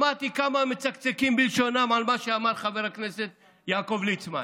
שמעתי כמה מצקצקים בלשונם על מה שאמר חבר הכנסת יעקב ליצמן.